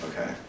Okay